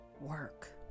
work